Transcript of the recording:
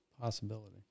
possibility